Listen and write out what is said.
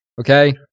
okay